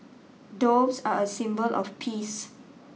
doves are a symbol of peace